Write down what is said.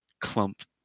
clump